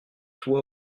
toi